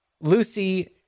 Lucy